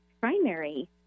primary